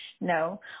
no